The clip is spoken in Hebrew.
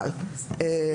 אם